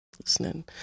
Listening